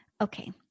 Okay